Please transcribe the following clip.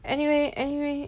anyway anyway